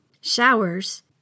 showers